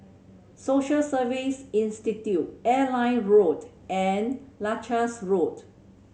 Social Service Institute Airline Road and Leuchars Road